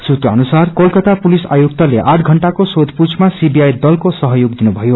सुत्र अनुसार कोलकाता पुलिस आयुक्तले आठ षण्टाको सोधपूछमा सीबीआई दलको सहयोग दिनुभयो